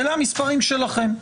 אלה המספרים שלכם.